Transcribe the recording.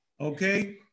okay